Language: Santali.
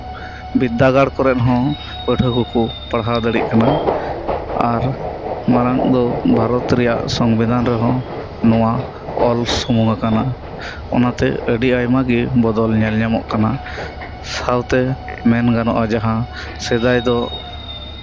ᱵᱤᱫᱽᱫᱟᱹᱜᱟᱲ ᱠᱚᱨᱮᱫ ᱦᱚᱸ ᱯᱟᱹᱴᱷᱩᱣᱟᱹ ᱠᱚᱠᱚ ᱯᱟᱲᱦᱟᱣ ᱫᱟᱲᱮᱭᱟᱜ ᱠᱟᱱᱟ ᱟᱨ ᱢᱟᱲᱟᱝ ᱫᱚ ᱵᱷᱟᱨᱚᱛ ᱨᱮᱭᱟᱜ ᱥᱚᱝᱵᱤᱫᱷᱟᱱ ᱨᱮᱦᱚᱸ ᱱᱚᱶᱟ ᱚᱞ ᱥᱩᱢᱩᱝ ᱟᱠᱟᱱᱟ ᱚᱱᱟᱛᱮ ᱟᱹᱰᱤ ᱟᱭᱢᱟ ᱜᱮ ᱵᱚᱫᱚᱞ ᱧᱮᱞ ᱧᱟᱢᱚᱜ ᱠᱟᱱᱟ ᱥᱟᱶᱛᱮ ᱢᱮᱱ ᱜᱟᱱᱚᱜᱼᱟ ᱡᱟᱦᱟᱸ ᱥᱮᱫᱟᱭ ᱫᱚ